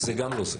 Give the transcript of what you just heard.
זה גם לא זה.